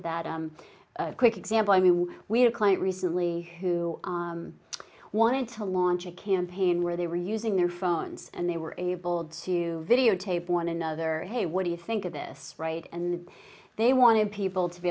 that quick example i mean we are quite recently who wanted to launch a campaign where they were using their phones and they were able to videotape one another hey what do you think of this right and they wanted people to be